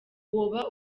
woba